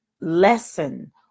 lesson